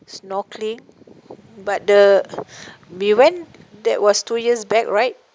snorkeling but the we went that was two years back right